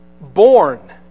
born